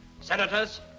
Senators